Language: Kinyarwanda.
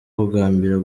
kugambirira